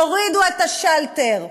יורידו את השלטר,